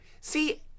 See